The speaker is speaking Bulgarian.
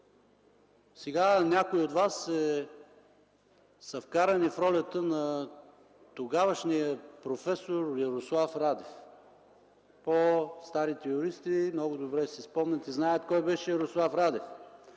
Сега някои от Вас са вкарани в ролята на тогавашния проф. Ярослав Радев. По-старите юристи много добре си спомнят и знаят кой беше господин Ярослав Радев.